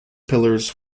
pillars